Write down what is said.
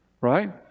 Right